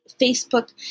Facebook